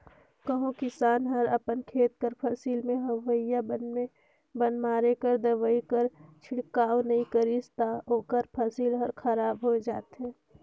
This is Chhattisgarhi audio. कहों किसान हर अपन खेत कर फसिल में होवइया बन में बन मारे कर दवई कर छिड़काव नी करिस ता ओकर फसिल हर खराब होए जाथे